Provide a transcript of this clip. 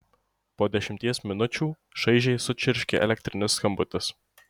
po dešimties minučių šaižiai sučirškė elektrinis skambutis